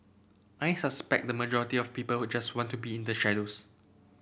I suspect the majority of people who just want to be in the shadows